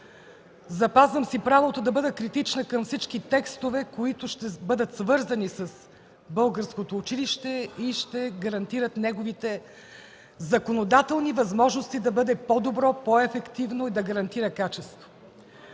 Запазвам си правото да бъда критична към всички текстове, които ще бъдат свързани с българското училище и ще гарантират неговите законодателни възможности да бъде по-добро, по-ефективно и да гарантира качество.